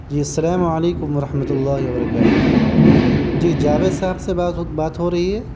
جی السلام علیکم ورحمت اللہ وبرکاتہ جی جاوید صاحب سے بات بات ہو رہی ہے